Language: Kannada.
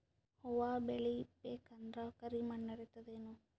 ಹುವ ಬೇಳಿ ಬೇಕಂದ್ರ ಕರಿಮಣ್ ನಡಿತದೇನು?